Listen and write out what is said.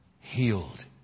healed